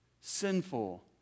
sinful